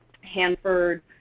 Hanford